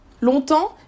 Longtemps